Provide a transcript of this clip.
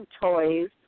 toys